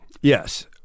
yes